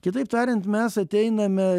kitaip tariant mes ateiname